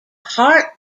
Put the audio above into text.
heart